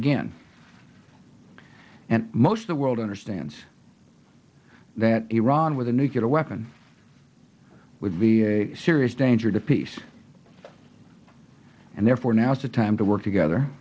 again and most the world understands that iran with a nuclear weapon would be a serious danger to peace and therefore now is a time to work together